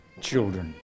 children